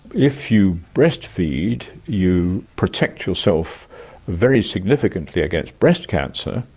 if you breastfeed, you protect yourself very significantly against breast cancer,